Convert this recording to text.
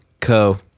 Co